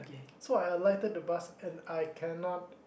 so I alighted the bus and I cannot